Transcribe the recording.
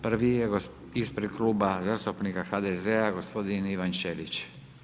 Prvi je ispred Kluba zastupnika HDZ-a gospodin Ivan Ćelić.